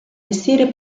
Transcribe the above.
mestiere